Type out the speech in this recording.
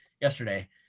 yesterday